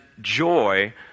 joy